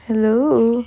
hello